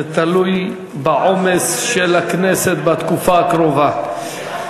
זה תלוי בעומס של הכנסת בתקופה הקרובה.